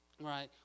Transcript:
right